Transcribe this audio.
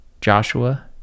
Joshua